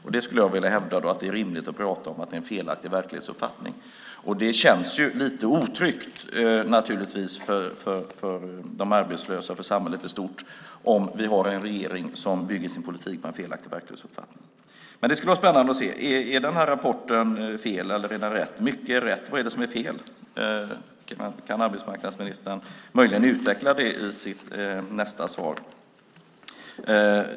Jag skulle vilja hävda att det är rimligt att prata om att det är en felaktig verklighetsuppfattning. Det känns naturligtvis lite otryggt för de arbetslösa och för samhället i stort om vi har en regering som bygger sin politik på en felaktig verklighetsuppfattning. Det skulle vara spännande att höra om den här rapporten är fel eller om den är rätt. Mycket är rätt. Vad är det som är fel? Kan arbetsmarknadsministern möjligen utveckla det i sitt nästa inlägg?